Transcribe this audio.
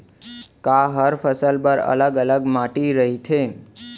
का हर फसल बर अलग अलग माटी रहिथे?